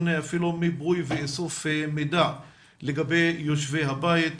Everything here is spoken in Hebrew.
אפילו מיפוי ואיסוף מידע לגבי יושבי הבית.